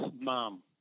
mom